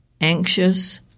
Anxious